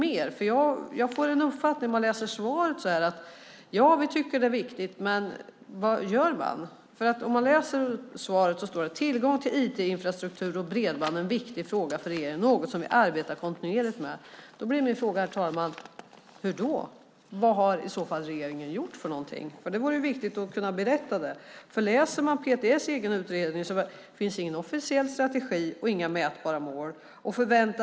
När jag hörde svaret fick jag uppfattningen att ni tycker att det är viktigt, men jag undrar vad ni gör. Av svaret framgick följande: "Tillgång till IT-infrastruktur och bredband är en viktig fråga för regeringen och något som vi arbetar kontinuerligt med." Hur då? Vad har i så fall regeringen gjort, herr talman? Det vore viktigt att kunna berätta. I PTS egen utredning finns ingen officiell strategi och inga mätbara mål.